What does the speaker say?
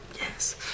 Yes